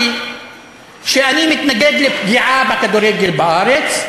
שאני מתנגד לפגיעה בכדורגל בארץ,